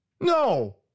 No